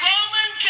Roman